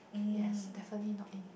yes definitely not in